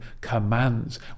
commands